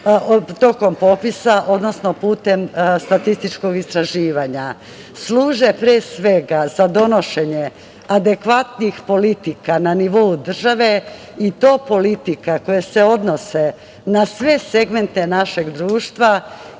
tokom popisa, odnosno putem statističkog istraživanja? Služe pre svega, za donošenje adekvatnih politika, na nivou države i to politika koje se odnose na sve segmente našeg društva